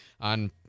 on